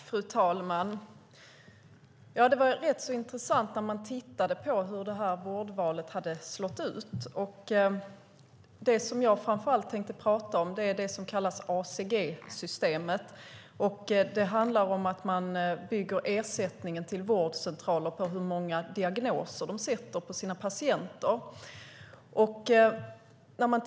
Fru talman! Det var rätt intressant när man tittade på hur vårdvalet hade fallit ut. Det jag framför allt tänkte prata om är det så kallade ACG-systemet. Det handlar om att man bygger ersättningen till vårdcentraler på hur många diagnoser de ställer på sina patienter.